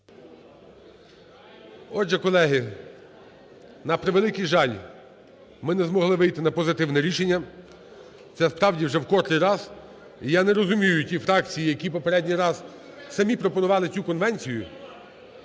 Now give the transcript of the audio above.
Отже, колеги, на превеликий жаль, ми не змогли вийти на позитивне рішення. Це, справді, вже в котрий раз, і я не розумію ті фракції, які попередній раз самі пропонували цю конвенцію,